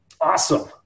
awesome